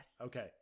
okay